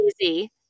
easy